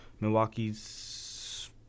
Milwaukee's